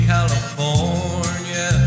California